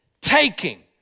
taking